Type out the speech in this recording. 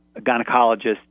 gynecologist